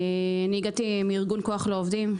הגעתי מארגון כוח לעובדים,